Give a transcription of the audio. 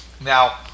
Now